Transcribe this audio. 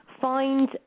find